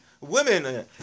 Women